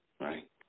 right